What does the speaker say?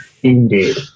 Indeed